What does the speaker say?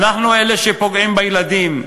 אנחנו אלה שפוגעים בילדים,